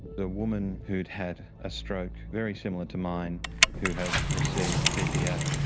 the woman who had had a stroke very similar to mine who had received tpa,